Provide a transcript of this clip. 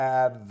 add